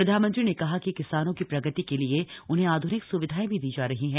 प्रधानमंत्री ने कहा कि किसानों की प्रगति के लिए उन्हें आध्निक स्विधाएं भी दी जा रही है